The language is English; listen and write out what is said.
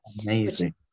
Amazing